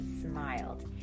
smiled